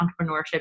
entrepreneurship